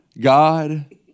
God